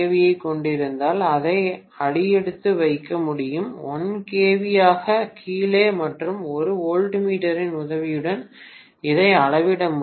யைக் கொண்டிருந்தால் அதை அடியெடுத்து வைக்க முடியும் 1 kV ஆக கீழே மற்றும் ஒரு வோல்ட்மீட்டரின் உதவியுடன் இதை அளவிட முடியும்